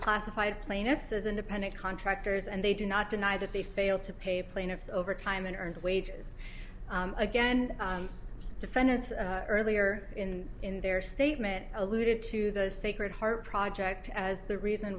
classified plaintiffs as independent contractors and they do not deny that they failed to pay plaintiffs overtime and earned wages again defendants earlier in in their statement alluded to the sacred heart project as the reason